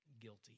guilty